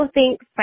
Thanks